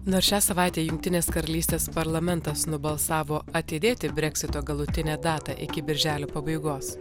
nors šią savaitę jungtinės karalystės parlamentas nubalsavo atidėti breksito galutinę datą iki birželio pabaigos